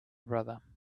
brother